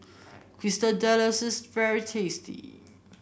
quesadillas is very tasty